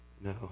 No